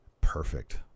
Perfect